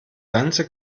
ganze